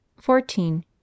Fourteen